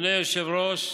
אדוני היושב-ראש,